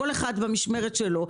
כל אחד במשמרת שלו,